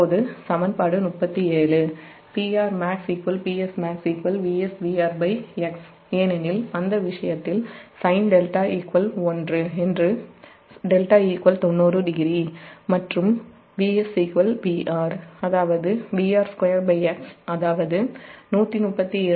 இப்போது சமன்பாடு 37 PR PS |𝑽𝑺||𝑽𝑹| 𝒙 ஏனெனில் அந்த விஷயத்தில் sin δ 1 என்று δ 90◦ மற்றும் | 𝑽𝑺 || 𝑽𝑹 | அதாவது | 𝑽𝑹 | 𝟐x அதாவது 132